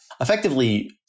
effectively